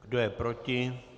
Kdo je proti?